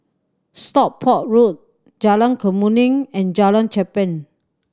Stockport Road Jalan Kemuning and Jalan Cherpen